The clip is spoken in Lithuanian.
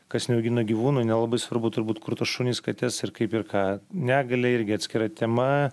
kas neaugina gyvūnų nelabai svarbu turbūt kur tuos šunis kates ir kaip ir ką negalia irgi atskira tema